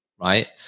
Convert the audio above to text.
right